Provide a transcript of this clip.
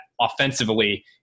offensively